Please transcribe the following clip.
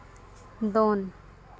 ᱫᱚᱱ